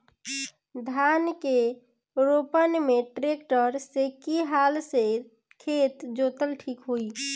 धान के रोपन मे ट्रेक्टर से की हल से खेत जोतल ठीक होई?